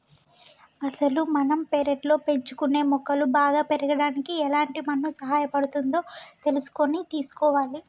అసలు మనం పెర్లట్లో పెంచుకునే మొక్కలు బాగా పెరగడానికి ఎలాంటి మన్ను సహాయపడుతుందో తెలుసుకొని తీసుకోవాలి